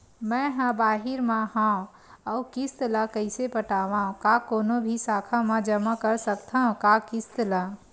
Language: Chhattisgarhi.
मैं हा बाहिर मा हाव आऊ किस्त ला कइसे पटावव, का कोनो भी शाखा मा जमा कर सकथव का किस्त ला?